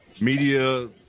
media